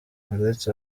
uretse